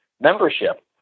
membership